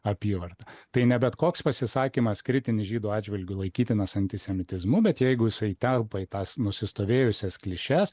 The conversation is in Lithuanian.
apyvartą tai ne bet koks pasisakymas kritinis žydų atžvilgiu laikytinas antisemitizmu bet jeigu jisai telpa į tas nusistovėjusias klišes